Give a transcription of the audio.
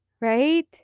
right